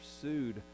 pursued